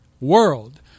World